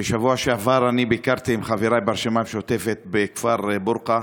בשבוע שעבר ביקרתי עם חבריי מהרשימה המשותפת בכפר בורקה.